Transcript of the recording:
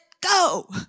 go